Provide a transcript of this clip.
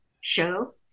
show